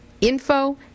info